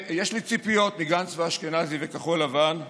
יש לי ציפיות מגנץ ואשכנזי וכחול לבן,